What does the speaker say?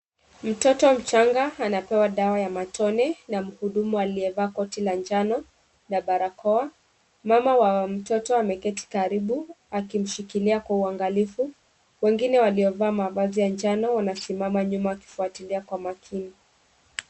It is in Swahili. Mtoto mchanga anapewa dawa ya matone na mhudumu aliyevaa koti la njano na barakoa. Mama wa mtoto ameketi karibu akimshikilia kwa uangalifu. Wengine waliovaa mavazi ya njano wanasimama nyuma wakifuatilia kwa makini.